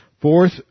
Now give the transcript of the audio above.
Fourth